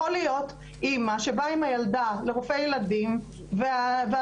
יכול להיות אמא שבאה עם הילדה לרופא ילדים והדוקטור